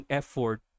effort